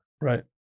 Right